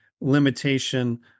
limitation